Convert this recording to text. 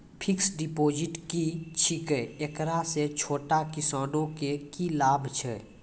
Fixed deposit की छिकै, एकरा से छोटो किसानों के की लाभ छै?